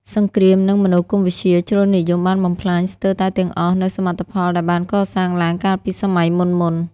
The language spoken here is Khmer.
សង្គ្រាម និងមនោគមវិជ្ជាជ្រុលនិយមបានបំផ្លាញស្ទើរតែទាំងអស់នូវសមិទ្ធផលដែលបានកសាងឡើងកាលពីសម័យមុនៗ។